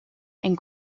and